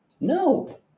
No